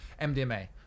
MDMA